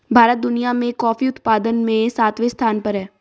भारत दुनिया में कॉफी उत्पादन में सातवें स्थान पर है